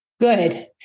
Good